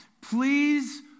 Please